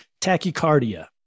tachycardia